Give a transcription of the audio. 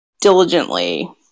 diligently